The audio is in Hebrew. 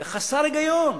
זה חסר היגיון